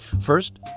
First